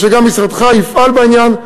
שגם משרדך יפעל בעניין.